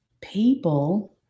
People